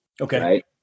Okay